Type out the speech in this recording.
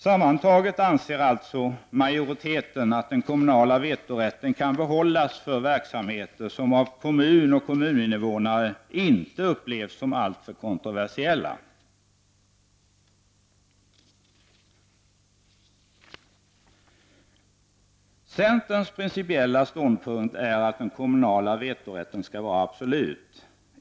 Sammantaget anser alltså majoriteten att den kommunala vetorätten kan behållas för verksamheter som av kommun och kommuninvånare inte upplevs som alltför kontroversiella. Centerns principiella ståndpunkt är att den kommunala vetorätten skall vara absolut.